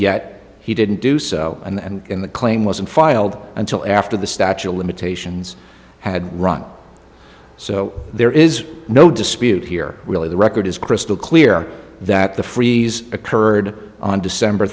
yet he didn't do so and the claim wasn't filed until after the statue of limitations had run so there is no dispute here really the record is crystal clear that the freeze occurred on december